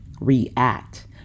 react